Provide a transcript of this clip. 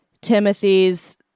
Timothy's